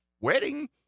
wedding